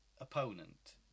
opponent